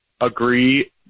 agree